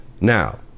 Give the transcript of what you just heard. Now